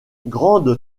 grande